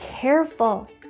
careful